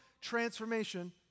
transformation